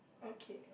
okay